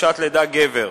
חופשת לידה לגבר).